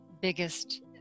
biggest